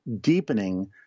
deepening